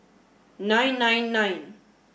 nine nine nine